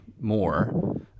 more